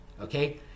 Okay